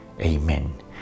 Amen